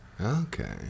Okay